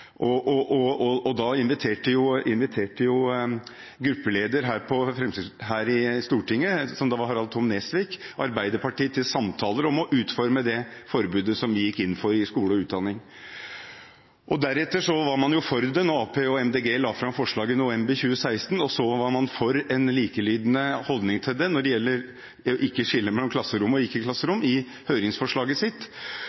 eget svar på sin Facebook-side. Da inviterte gruppelederen for Fremskrittspartiet i Stortinget, som da var Harald Tom Nesvik, Arbeiderpartiet til samtaler om å utforme det forbudet som vi gikk inn for i skole og utdanning. Deretter var man for det da Arbeiderpartiet og Miljøpartiet De Grønne la fram forslaget i november 2016, og så var man for en likelydende holdning når det gjaldt å ikke skille mellom klasserom og